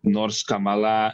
nors kamala